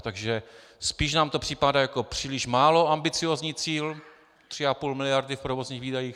Takže spíš nám to připadá jako příliš málo ambiciózní cíl 3,5 mld. v provozních výdajích.